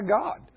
God